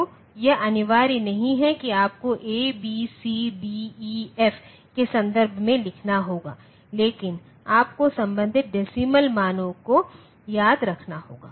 तो यह अनिवार्य नहीं है कि आपको A BC D EF के संदर्भ में लिखना होगा लेकिन आपको संबंधित डेसीमल मानों को याद रखना होगा